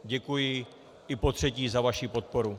Děkuji i potřetí za vaši podporu.